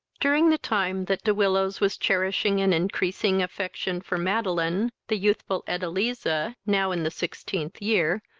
during the time that de willows was cherishing an increasing affection for madeline, the youthful edeliza, now in the sixteenth year,